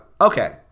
Okay